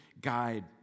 guide